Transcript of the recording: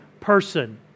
person